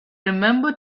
remember